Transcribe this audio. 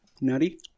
nutty